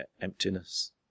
emptiness